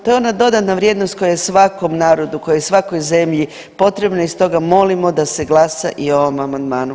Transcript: To je ona dodana vrijednost koja je svakom narodu, koja je svakoj zemlji potrebna i stoga molimo da se glasa i o ovom amandmanu.